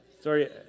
Sorry